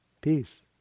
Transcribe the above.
Peace